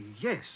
yes